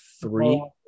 three